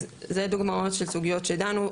אז זה דוגמאות של סוגיות שדנו,